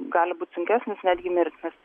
gali būti sunkesnis netgi mirtinas